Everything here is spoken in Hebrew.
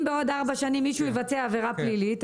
אם בעוד ארבע שנים מישהו יבצע עבירה פלילית,